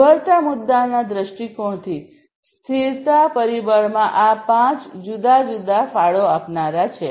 ઉભરતા મુદ્દાના દૃષ્ટિકોણથી સ્થિરતા પરિબળમાં આ પાંચ જુદા જુદા ફાળો આપનાર છે